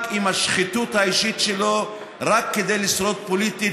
עם השחיתות האישית שלו רק כדי לשרוד פוליטית,